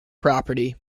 property